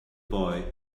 boy